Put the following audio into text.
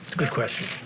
good question.